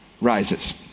rises